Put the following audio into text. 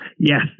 Yes